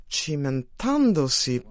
cimentandosi